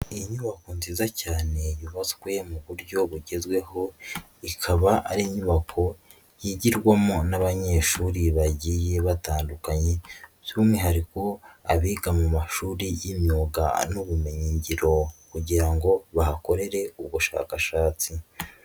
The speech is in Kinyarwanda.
Inyubako nziza cyane yubatswe mu buryo bugezweho ikaba ari inyubako yigirwamo n'abanyeshuri bagiye batandukanye by'umwihariko abiga mu mashuri y'imyuga n'ubumenyingiro kugira ngo bahakorere ubushakashatsi.